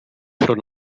front